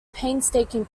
painstaking